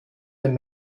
dem